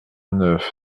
neuf